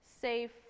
safe